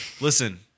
listen